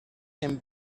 and